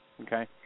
Okay